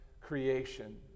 creation